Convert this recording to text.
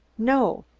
no.